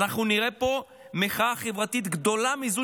אנחנו נראה פה מחאה חברתית גדולה מזו